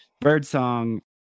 birdsong